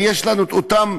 ויש לנו את אותה